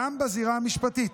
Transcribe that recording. גם בזירה המשפטית.